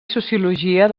sociologia